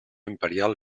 imperial